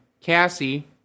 Cassie